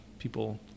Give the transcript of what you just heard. people